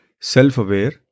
self-aware